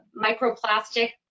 microplastic